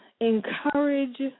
Encourage